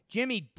Jimmy